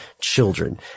children